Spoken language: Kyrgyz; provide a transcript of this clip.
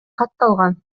катталган